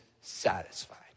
satisfied